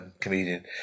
comedian